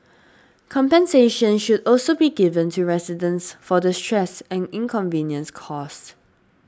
compensation should also be given to residents for the stress and inconvenience caused